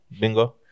Bingo